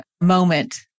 moment